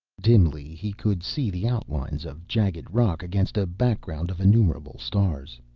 dimly he could see the outlines of jagged rock against a background of innumerable stars.